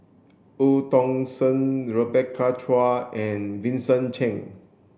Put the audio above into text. Eu Tong Sen Rebecca Chua and Vincent Cheng